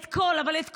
אבל את כל,